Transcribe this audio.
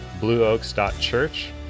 blueoaks.church